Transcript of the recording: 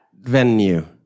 venue